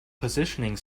positioning